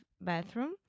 bathroom